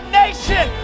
nation